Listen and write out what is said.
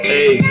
Hey